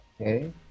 Okay